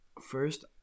First